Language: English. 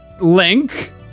Link